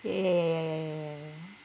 ya ya ya ya ya